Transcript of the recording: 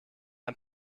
ein